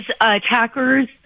attackers